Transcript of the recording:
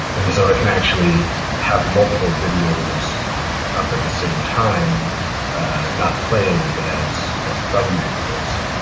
and so i can actually have multiple videos up at the same time not playing, but as as thumbnails.